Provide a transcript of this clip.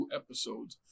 episodes